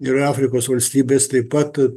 ir afrikos valstybės taip pat